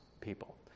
people